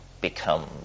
become